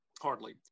Hardly